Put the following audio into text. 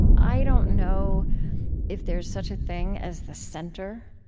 i don't know if there's such a thing as the center.